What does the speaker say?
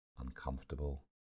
uncomfortable